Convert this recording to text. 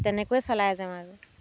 তেনেকৈয়ে চলাই যাওঁ আৰু